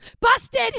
Busted